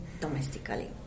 domestically